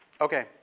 Okay